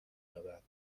یابد